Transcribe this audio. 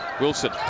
Wilson